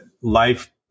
life